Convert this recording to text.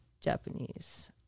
Japanese